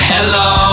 Hello